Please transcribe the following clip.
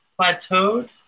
plateaued